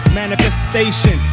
manifestation